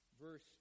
Verse